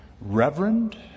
Reverend